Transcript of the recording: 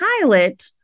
pilot